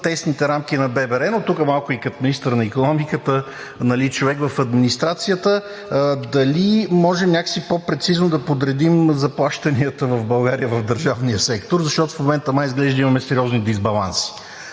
тесните рамки на ББР. Но тук малко и като министър на икономиката, човек в администрацията, дали можем някак си по-прецизно да подредим заплащанията в България в държавния сектор, защото в момента изглежда имаме сериозни дисбаланси?